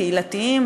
קהילתיים,